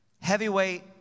Heavyweight